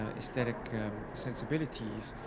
ah aesthetic sensibilities.